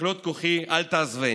ככלות כֹחי אל תעזבני"